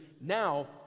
now